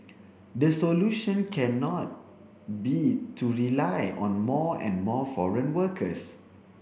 the solution cannot be to rely on more and more foreign workers